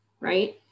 right